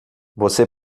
você